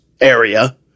area